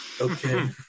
Okay